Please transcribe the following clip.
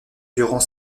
durant